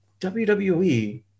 WWE